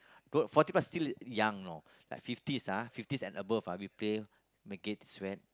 don't forty plus still young you know like fifties ah fifties and above ah we play make it sweat